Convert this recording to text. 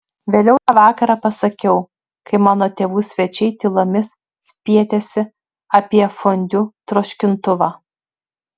vėliau tą vakarą pasakiau kai mano tėvų svečiai tylomis spietėsi apie fondiu troškintuvą